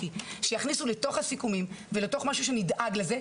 שיכניסו לתוך הסיכומים ולתוך משהו שנדאג לזה,